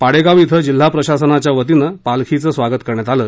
पाडेगाव ििं जिल्हा प्रशासनाच्या वतीनं पालखीचं स्वागत करण्यात आलं